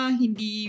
hindi